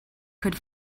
could